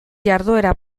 jarduera